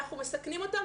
אנחנו מסכנים אותם,